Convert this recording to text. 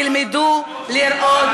תלמדו לראות,